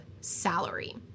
salary